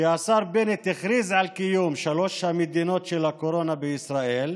שהשר בנט הכריז על קיום שלוש המדינות של הקורונה בישראל,